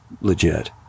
Legit